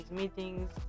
meetings